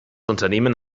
unternehmen